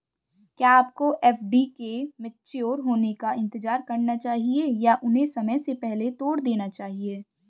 क्या आपको एफ.डी के मैच्योर होने का इंतज़ार करना चाहिए या उन्हें समय से पहले तोड़ देना चाहिए?